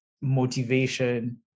motivation